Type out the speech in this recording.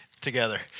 together